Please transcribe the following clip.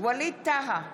ווליד טאהא,